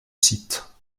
site